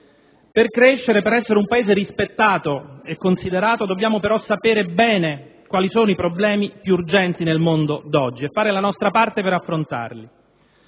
Per crescere, per essere un Paese rispettato e considerato, dobbiamo però sapere bene quali sono i problemi più urgenti nel mondo d'oggi, e fare la nostra parte per affrontarli.